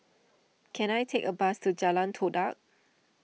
can I take a bus to Jalan Todak